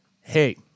Hey